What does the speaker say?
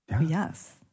Yes